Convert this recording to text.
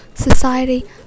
Society